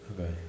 Okay